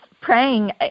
praying